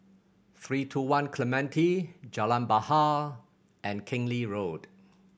Three Two One Clementi Jalan Bahar and Keng Lee Road